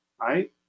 right